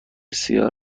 سیاه